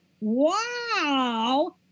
wow